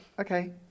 okay